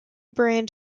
brand